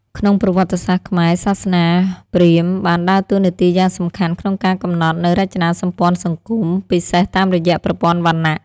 ក្នុងប្រវត្តិសាស្ត្រខ្មែរ សាសនាព្រាហ្មណ៍បានដើរតួនាទីយ៉ាងសំខាន់ក្នុងការកំណត់នូវរចនាសម្ព័ន្ធសង្គម ពិសេសតាមរយៈប្រព័ន្ធវណ្ណៈ។